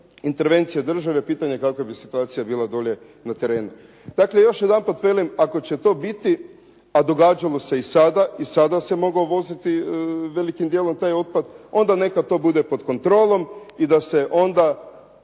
intervencije države pitanje kakva bi situacija bila dolje na terenu. Dakle, još jedanput velim ako će to biti, a događalo se i sada i sada se moglo voziti velikim dijelom taj otpad. Onda neka to bude pod kontrolom i da se radi